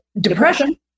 Depression